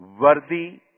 worthy